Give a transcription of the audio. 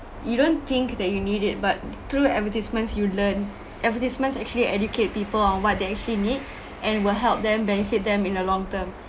you don't think that you need it but through advertisements you learn advertisements actually educate people on what they actually need and will help them benefit them in the long term